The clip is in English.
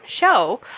show